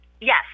Yes